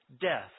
death